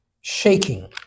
shaking